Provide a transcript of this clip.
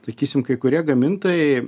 sakysim kai kurie gamintojai